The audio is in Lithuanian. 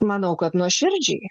manau kad nuoširdžiai